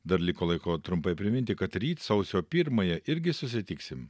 dar liko laiko trumpai priminti kad ryt sausio pirmąją irgi susitiksim